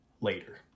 later